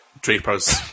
Draper's